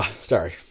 Sorry